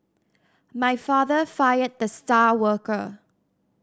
my father fired the star worker